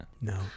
No